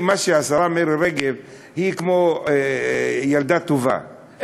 השרה מירי רגב היא כמו ילדה טובה,